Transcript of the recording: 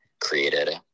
created